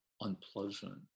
unpleasant